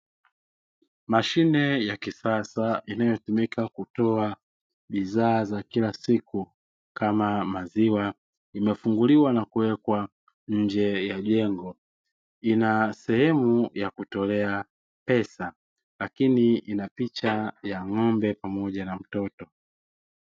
Mashine ya kisasa inayotumika kutoa bidhaa za kila siku kama maziwa, imefunguliwa na kuwekwa nje ya jengo inasehemu ya kutolea pesa lakini inapicha ya ng'ombe pamoja na mtoto.